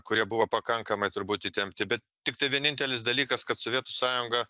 kurie buvo pakankamai turbūt įtempti bet tiktai vienintelis dalykas kad sovietų sąjunga